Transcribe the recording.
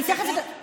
דברי על הנתונים.